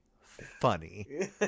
funny